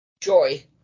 joy